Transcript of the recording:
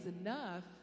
enough